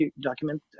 document